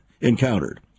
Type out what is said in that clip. encountered